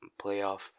playoff